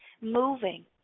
moving